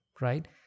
right